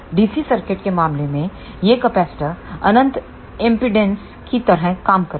DC circuit के मामले में ये कैपेसिटर अनंत एमपीडांस की तरह काम करेंगे